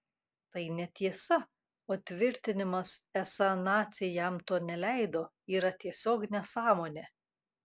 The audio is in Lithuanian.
tai netiesa o tvirtinimas esą naciai jam to neleido yra tiesiog nesąmonė